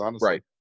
right